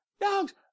dogs